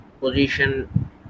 position